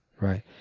Right